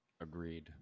agreed